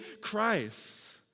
Christ